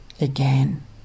again